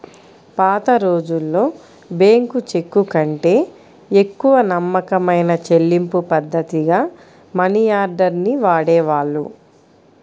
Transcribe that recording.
పాతరోజుల్లో బ్యేంకు చెక్కుకంటే ఎక్కువ నమ్మకమైన చెల్లింపుపద్ధతిగా మనియార్డర్ ని వాడేవాళ్ళు